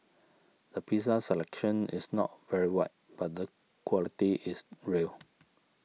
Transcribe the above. the pizza selection is not very wide but the quality is real